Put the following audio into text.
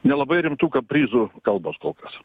nelabai rimtų kaprizų kalbos kokios